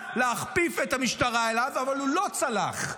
להכפיף את המשטרה אליו אבל הוא לא הצליח.